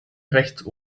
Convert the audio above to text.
rechts